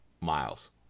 Miles